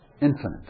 infinite